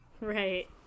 Right